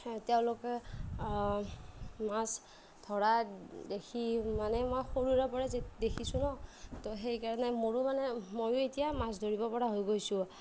তেওঁলোকে মাছ ধৰা দেখি মানে মই সৰুৰে পৰা যি দেখিছোঁ ন তো সেইকাৰণে মোৰো মানে ময়ো এতিয়া মাছ ধৰিব পৰা হৈ গৈছোঁ